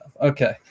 Okay